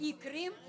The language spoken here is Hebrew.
היום בקופה אחרת,